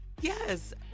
Yes